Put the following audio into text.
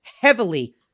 heavily